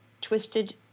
twisted